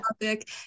topic